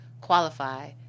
qualify